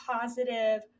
positive